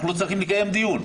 אנחנו לא צריכים לקיים דיון.